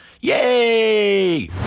Yay